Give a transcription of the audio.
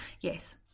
yes